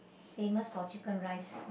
famous for chicken rice